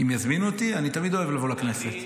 אם יזמינו אותי, אני תמיד אוהב לבוא לכנסת.